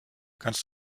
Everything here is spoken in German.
kannst